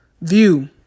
view